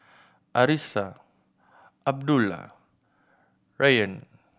Arissa Abdullah Rayyan